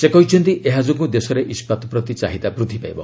ସେ କହିଛନ୍ତି ଏହା ଯୋଗୁଁ ଦେଶରେ ଇସ୍କାତ ପ୍ରତି ଚାହିଦା ବୃଦ୍ଧି ପାଇବ